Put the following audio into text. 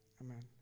Amen